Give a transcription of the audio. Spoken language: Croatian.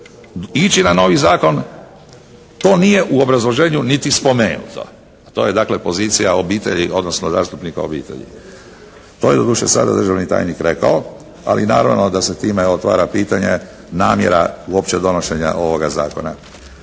ići na novi zakon to nije u obrazloženju niti spomenuto. To je dakle pozicija obitelji odnosno zastupnika obitelji. To je doduše sada državni tajnik rekao, ali naravno da se time otvara pitanje namjera uopće donošenja ovoga zakona.